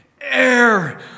Air